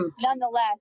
Nonetheless